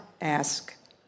ask